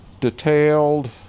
detailed